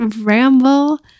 ramble